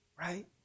right